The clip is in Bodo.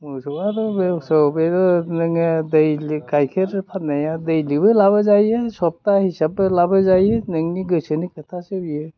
मोसौआथ' मोसौआ बेबायदि नोङो दैलि गाइखेर फाननाय दैलिबो लाबोजायो सप्ता हिसाबबो लाबोजायो नोंनि गोसोनि खोथासो बियो